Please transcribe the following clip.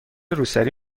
روسری